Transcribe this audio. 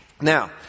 Now